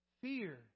fear